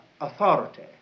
authority